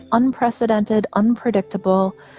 unprecedented, unpredictable,